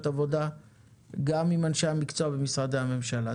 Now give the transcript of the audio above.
עבודה גם עם אנשי המקצוע במשרדי הממשלה.